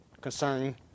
concerning